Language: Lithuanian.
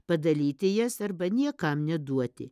padalyti jas arba niekam neduoti